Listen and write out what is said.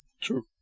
True